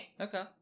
Okay